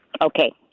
Okay